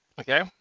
Okay